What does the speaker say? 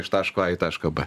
iš taško a į tašką b